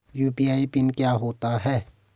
UPI PIN क्या होता है?